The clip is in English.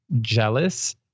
jealous